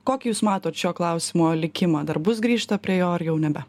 kokį jūs matot šio klausimo likimą dar bus grįžta prie jo ar jau nebe